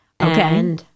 Okay